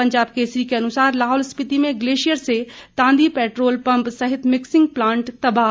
पंजाब केसरी के अनुसर लाहौल स्पीति में ग्लेशियर से तांदी पैट्रोल पंप सहित मिक्सिंग प्लांट तबाह